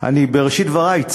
בראשית דברי,